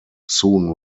soon